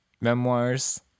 memoirs